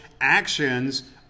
actions